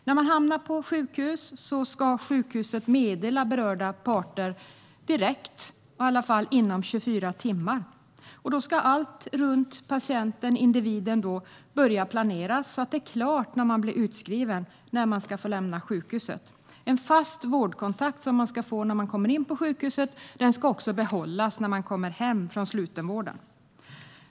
När man hamnar på sjukhus ska berörda parter meddelas direkt, i alla fall inom 24 timmar, och då ska allt runt patienten/individen börja planeras så att det är klart när man blir utskriven och får lämna sjukhuset. En fast vårdkontakt som man får när man kommer in på sjukhuset ska behållas när man kommer hem från slutenvården.